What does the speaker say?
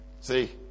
See